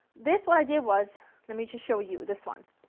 this what i did was let me just show you this one.